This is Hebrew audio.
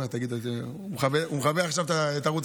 הוא מכבה עכשיו את ערוץ